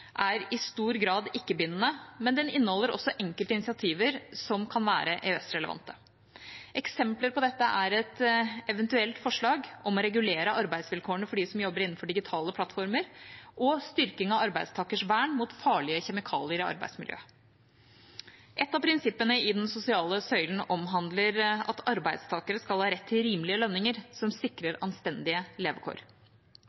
er i stor grad ikke-bindende, men den inneholder også enkelte initiativer som kan være EØS-relevante. Eksempler på dette er et eventuelt forslag om å regulere arbeidsvilkårene for dem som jobber innenfor digitale plattformer, og styrking av arbeidstakers vern mot farlige kjemikalier i arbeidsmiljøet. Et av prinsippene i den sosiale søylen omhandler at arbeidstakere skal ha rett til rimelige lønninger, som sikrer